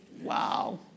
Wow